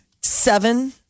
Seven